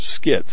skits